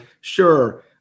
sure